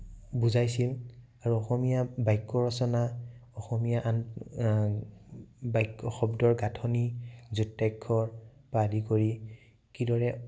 বুজাইছিল আৰু অসমীয়া বাক্য ৰচনা অসমীয়া আন বাক্য শব্দৰ গাঁথনি যুক্তাক্ষৰ পৰা আদি কৰি কিদৰে